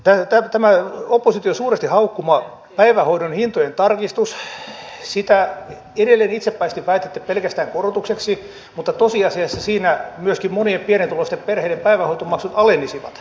tätä opposition suuresti haukkumaa päivähoidon hintojen tarkistusta edelleen itsepäisesti väitätte pelkästään korotukseksi mutta tosiasiassa siinä myöskin monien pienituloisten perheiden päivähoitomaksut alenisivat